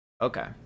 Okay